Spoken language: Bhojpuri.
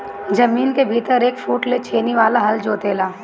जमीन के भीतर एक फुट ले छेनी वाला हल जोते ला